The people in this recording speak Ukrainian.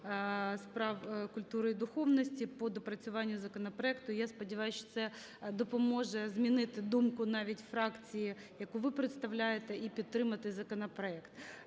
питань культури і духовності по доопрацюванню законопроекту. Я сподіваюсь, що це допоможе змінити думку навіть фракції, яку ви представляєте, і підтримати законопроект.